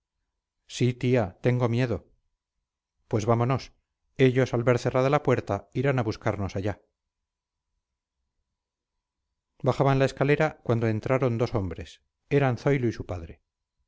sí tía tengo miedo pues vámonos ellos al ver cerrada la puerta irán a buscarnos allá bajaban la escalera cuando entraron dos hombres eran zoilo y su padre